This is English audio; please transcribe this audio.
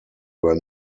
were